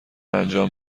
انجام